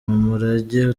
umurage